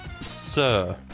Sir